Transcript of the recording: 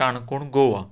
Canacona Goa